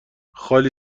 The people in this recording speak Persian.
خالی